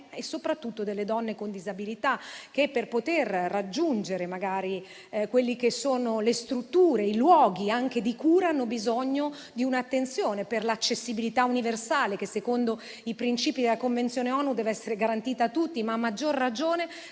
e soprattutto delle donne con disabilità, che, per poter raggiungere le strutture e i luoghi di cura, hanno bisogno di un'attenzione all'accessibilità universale, che, secondo i princìpi della Convenzione ONU, dev'essere garantita a tutti, a maggior ragione